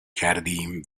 کردیم